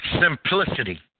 Simplicity